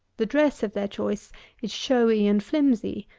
the dress of their choice is showy and flimsy,